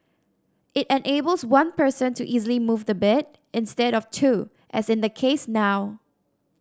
it enables one person to easily move the bed instead of two as in the case now